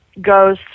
goes